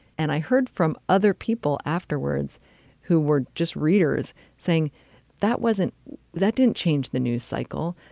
and i heard from other people afterwards who were just readers saying that wasn't that didn't change the news cycle,